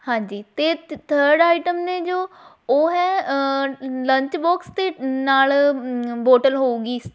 ਹਾਂਜੀ ਅਤੇ third item ਨੇ ਜੋ ਉਹ ਹੈ ਲੰਚ ਬਾਕਸ ਅਤੇ ਨਾਲ ਬੋਟਲ ਹੋਵੇਗੀ